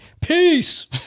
Peace